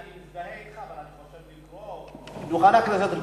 אני מזדהה אתך אבל חושב שלקרוא מעל דוכן הכנסת,